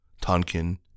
Tonkin